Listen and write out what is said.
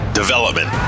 development